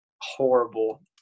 horrible